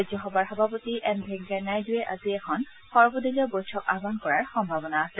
ৰাজ্য সভাৰ সভাপতি এম ভেংকায়া নাইডুবেও আজি এখন সৰ্বদলীয় বৈঠক আহান কৰাৰ সম্ভাৱনা আছে